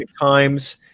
Times